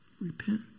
Repent